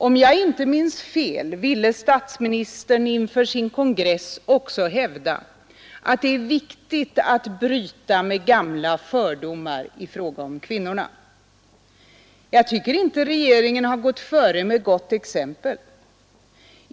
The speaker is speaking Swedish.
Om jag inte minns fel ville statsministern inför sin kongress också hävda att det är viktigt att bryta med gamla fördomar i fråga om kvinnorna. Jag tycker inte regeringen har föregått med gott exempel.